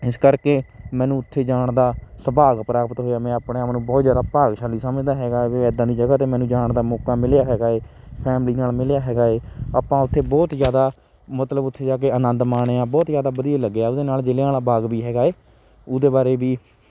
ਇਸ ਕਰਕੇ ਮੈਨੂੰ ਉੱਥੇ ਜਾਣ ਦਾ ਸੁਭਾਗ ਪ੍ਰਾਪਤ ਹੋਇਆ ਮੈਂ ਆਪਣੇ ਆਪ ਨੂੰ ਬਹੁਤ ਜ਼ਿਆਦਾ ਭਾਗਸ਼ਾਲੀ ਸਮਝਦਾ ਹੈਗਾ ਵੀ ਇੱਦਾਂ ਦੀ ਜਗ੍ਹਾ 'ਤੇ ਮੈਨੂੰ ਜਾਣ ਦਾ ਮੌਕਾ ਮਿਲਿਆ ਹੈਗਾ ਏ ਫੈਮਿਲੀ ਨਾਲ ਮਿਲਿਆ ਹੈਗਾ ਏ ਆਪਾਂ ਉੱਥੇ ਬਹੁਤ ਜ਼ਿਆਦਾ ਮਤਲਬ ਉੱਥੇ ਜਾ ਕੇ ਆਨੰਦ ਮਾਣਿਆ ਬਹੁਤ ਜ਼ਿਆਦਾ ਵਧੀਆ ਲੱਗਿਆ ਉਹਦੇ ਨਾਲ ਜਲ੍ਹਿਆਂਵਾਲਾ ਬਾਗ ਵੀ ਹੈਗਾ ਏ ਉਹਦੇ ਬਾਰੇ ਵੀ